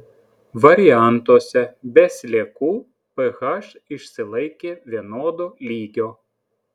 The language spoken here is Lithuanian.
variantuose be sliekų ph išsilaikė vienodo lygio